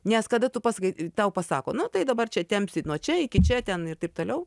nes kada tu pasakai tau pasako nu tai dabar čia tempsit nuo čia iki čia ten ir taip toliau